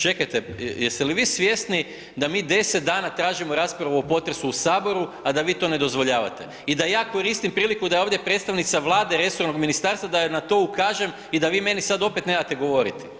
Čekajte, jeste li vi svjesni da mi 10 dana tražimo raspravu o potresu u Saboru, a da vi to ne dozvoljavate i da ja koristim priliku da je ovdje predstavnica Vlade resornog ministarstva da joj na to ukažem i da vi mi neki sada opet ne date govoriti.